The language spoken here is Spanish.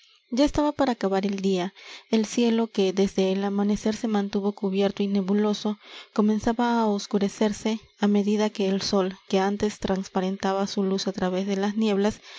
ya estaba para acabar el día el cielo que desde el amanecer se mantuvo cubierto y nebuloso comenzaba á oscurecerse á medida que el sol que antes transparentaba su luz á través de las nieblas